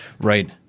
Right